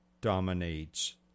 dominates